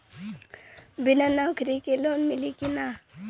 बिना नौकरी के लोन मिली कि ना?